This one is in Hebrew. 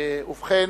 ובכן,